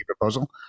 proposal